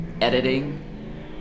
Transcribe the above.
editing